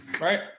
Right